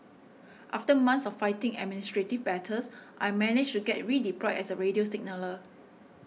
after months of fighting administrative battles I managed to get redeployed as a radio signaller